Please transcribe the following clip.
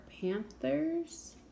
panthers